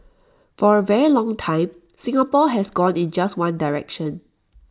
for A very long time Singapore has gone in just one direction